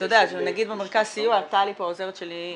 עוזרת שלי,